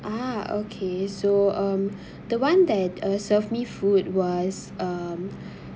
ah okay so um the one that uh serve me food was um